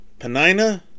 Panina